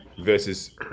versus